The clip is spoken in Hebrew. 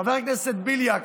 חבר הכנסת בליאק,